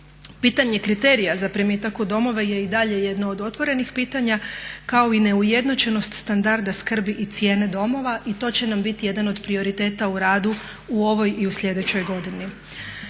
Pitanje kriterija za primitak u domove je i dalje jedno od otvorenih pitanja kao i neujednačenost standarda skrbi i cijene domova i to će nam biti jedan od prioriteta u radu u ovoj i u slijedećoj godini.